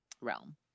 realm